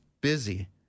busy